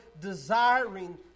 desiring